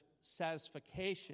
satisfaction